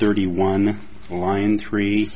thirty one line three